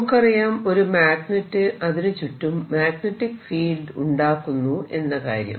നമുക്കറിയാം ഒരു മാഗ്നെറ് അതിനു ചുറ്റും മാഗ്നെറ്റിക് ഫീൽഡ് ഉണ്ടാക്കുന്നു എന്നകാര്യം